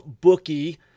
bookie